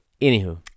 Anywho